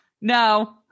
No